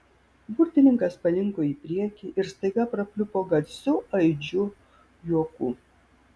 burtininkas palinko į priekį ir staiga prapliupo garsiu aidžiu juoku